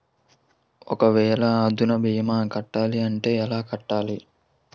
ఒక వేల అందునా భీమా కట్టాలి అంటే ఎలా కట్టాలి?